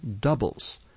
doubles